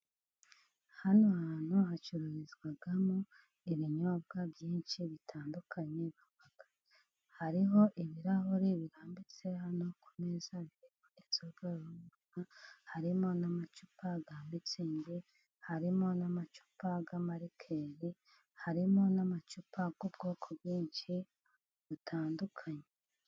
Hano hantu hacururizwamo ibinyobwa byinshi bitandukanye, hariho ibirahure birambitse hano ku meza, inzoga,... harimo n'amacupa ya za Mitsingi, harimo n'amacupa y'amarikeri, harimo n'amacupa y'ubwoko bwinshi butandukanye.